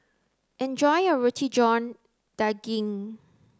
enjoy your roti john daging